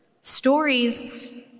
Stories